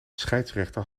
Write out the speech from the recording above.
scheidsrechter